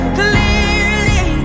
clearly